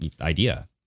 idea